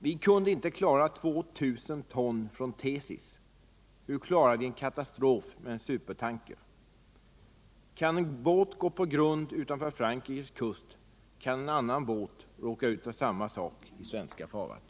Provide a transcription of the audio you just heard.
Vi kunde inte klara 2 000 ton olja från Tsesis. Hur klarar vi en katastrof med en supertanker? Kan en båt gå på grund utanför Frankrikes kust, kan en annan båt råka ut för samma sak i svenska farvatten.